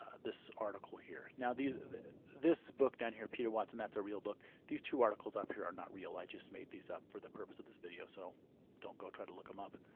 ah this article here. now the, the, this book down here, peter watson, that's a real book. these two articles up here are not real, i just made this up for the purpose of this video. so don't go try to look them up,